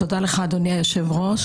תודה לך אדוני היו"ר,